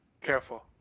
Careful